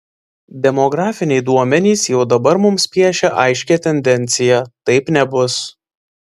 demografiniai duomenys jau dabar mums piešia aiškią tendenciją taip nebus